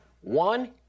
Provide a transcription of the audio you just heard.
one